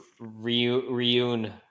reun